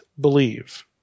believe